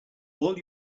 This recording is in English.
all